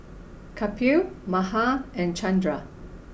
Kapil Mahan and Chandra